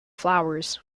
flowers